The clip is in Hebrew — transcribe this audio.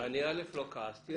א', לא כעסתי.